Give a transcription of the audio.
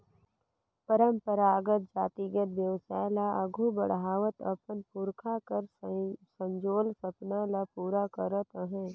परंपरागत जातिगत बेवसाय ल आघु बढ़ावत अपन पुरखा कर संजोल सपना ल पूरा करत अहे